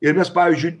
ir mes pavyzdžiui